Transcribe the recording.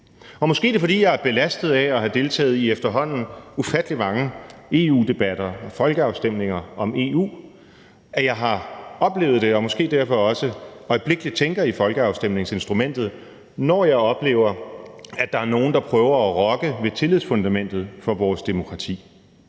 Og måske er det, fordi jeg er belastet af at have deltaget i efterhånden ufattelig mange EU-debatter og folkeafstemninger om EU og har oplevet det, og måske derfor også øjeblikkeligt tænker i folkeafstemningsinstrumentet, når jeg oplever, at der er nogle, der prøver at rokke ved tillidsfundamentet for vores demokrati.